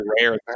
rare